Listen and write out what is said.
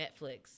Netflix